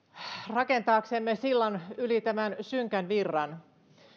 rakentaaksemme sillan yli tämän synkän virran